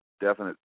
definite